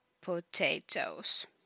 potatoes